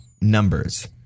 numbers